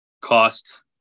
Cost